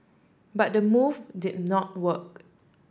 but the move did not work